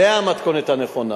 זו המתכונת הנכונה.